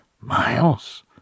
Miles